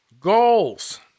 Goals